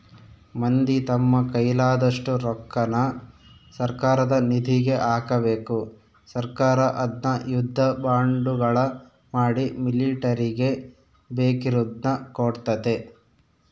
ಮಂದಿ ತಮ್ಮ ಕೈಲಾದಷ್ಟು ರೊಕ್ಕನ ಸರ್ಕಾರದ ನಿಧಿಗೆ ಹಾಕಬೇಕು ಸರ್ಕಾರ ಅದ್ನ ಯುದ್ಧ ಬಾಂಡುಗಳ ಮಾಡಿ ಮಿಲಿಟರಿಗೆ ಬೇಕಿರುದ್ನ ಕೊಡ್ತತೆ